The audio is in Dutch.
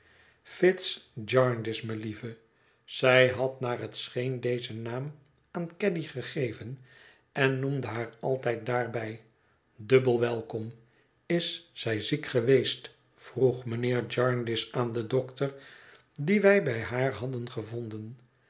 fitz jarndyce melieve zij had naar het scheen dezen naam aan caddy gegeven en noemde haar altijd daarbij dubbel welkom is zij ziek geweest vroeg mijnheer jarndyce aan den dokter dien wij bij haar hadden gevonden